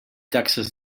taxes